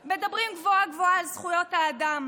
מדברים גבוהה-גבוהה על זכויות האדם,